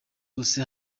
bose